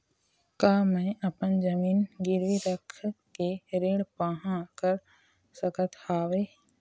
का मैं अपन जमीन गिरवी रख के ऋण पाहां कर सकत हावे?